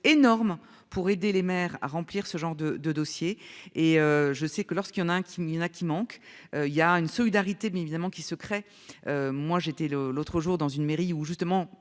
énorme pour aider les mères à remplir ce genre de, de dossiers et je sais que lorsqu'il y en a un qui y en a qui manque. Il y a une solidarité, mais évidemment qui se crée. Moi j'ai été le l'autre jour dans une mairie où justement